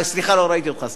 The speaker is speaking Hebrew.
סליחה, לא ראיתי אותך.